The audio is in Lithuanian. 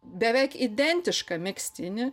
beveik identišką megztinį